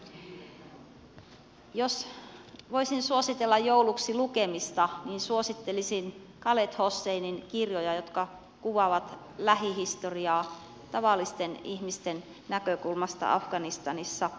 jos voisin suositella jouluksi lukemista niin suosittelisin khaled hosseinin kirjoja jotka kuvaavat lähihistoriaa tavallisten ihmisten näkökulmasta afganistanissa